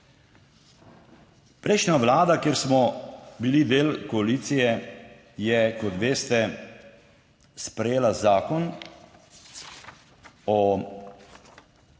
prejšnja Vlada, kjer smo bili del koalicije, je, kot veste, sprejela Zakon o zagotavljanju